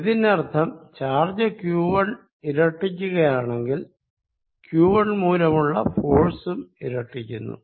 ഇതിനർത്ഥം charge Q1 ഇരട്ടിക്കുകയാണെങ്കിൽ Q1 മൂലമുള്ള ഫോഴ്സ് വും ഇരട്ടിക്കുന്നു